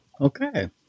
Okay